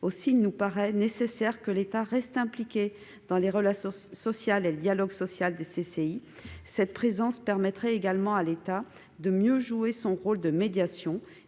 Aussi, il nous paraît nécessaire que l'État reste impliqué dans les relations sociales et le dialogue social au sein des CCI. Sa présence permettrait également à l'État de mieux jouer son rôle de médiation.